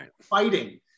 fighting